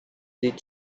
did